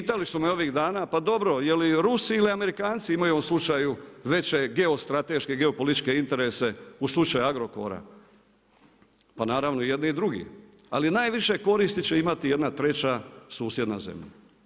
Pitali su me ovih dana, pa je li Rusi ili Amerikanci imaju u ovom slučaju veće geostrateške, geopolitičke interese u slučaju Agrokora, pa naravno jedni i drugi ali najviše koristi će imati jedna treća susjedna zemlja.